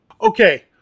Okay